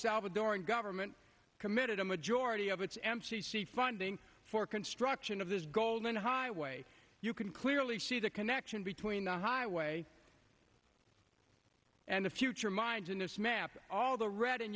salvadoran government committed a majority of its m c c funding for construction of this guy oldman highway you can clearly see the connection between the highway and the future mines in this map all the red and